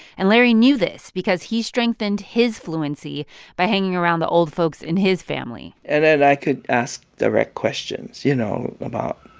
and larry knew this because he strengthened his fluency by hanging around the old folks in his family and then i could ask direct questions, you know, about,